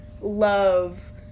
love